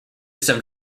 some